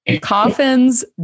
Coffins